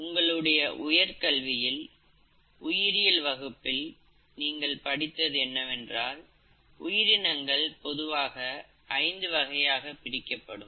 உங்களுடைய உயர்கல்வியில் உயிரியல் வகுப்பில் நீங்கள் படித்தது என்னவென்றால் உயிரினங்கள் பொதுவாக 5 வகையாக பிரிக்கப்படும்